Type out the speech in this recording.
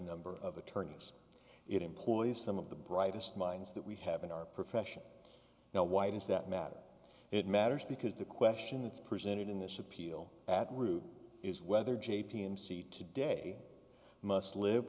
number of attorneys it employs some of the brightest minds that we have in our profession now why does that matter it matters because the question that's presented in this appeal at root is whether j p m c today must live